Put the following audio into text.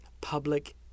public